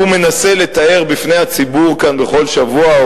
הוא מנסה לתאר בפני הציבור כאן בכל שבוע,